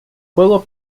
juego